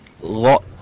lot